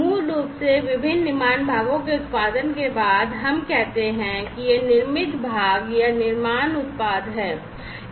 मूल रूप से विभिन्न निर्माण भागों के उत्पादन के बाद हम कहते हैं कि ये निर्मित भाग या निर्माण उत्पाद हैं